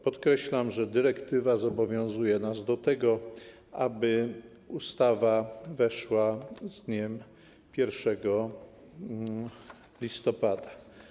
Podkreślam, że dyrektywa zobowiązuje nas do tego, aby ustawa weszła z dniem 1 listopada.